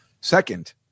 second